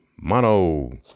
Mono